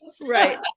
right